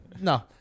No